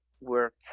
work